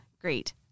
great